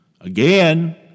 Again